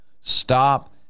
Stop